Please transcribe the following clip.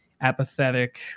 apathetic